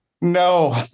No